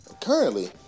Currently